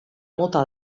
mota